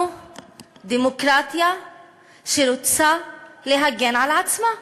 אנחנו דמוקרטיה שרוצה להגן על עצמה,